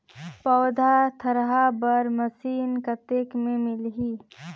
पौधा थरहा बर मशीन कतेक मे मिलही?